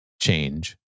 change